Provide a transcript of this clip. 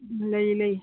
ꯂꯩ ꯂꯩ